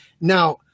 Now